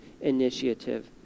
initiative